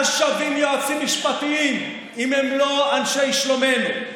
מה שווים יועצים משפטיים אם הם לא אנשי שלומנו?